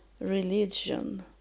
religion